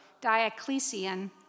Diocletian